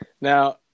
now